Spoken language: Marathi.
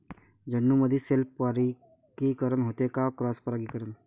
झेंडूमंदी सेल्फ परागीकरन होते का क्रॉस परागीकरन?